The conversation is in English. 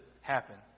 happen